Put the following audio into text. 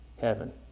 heaven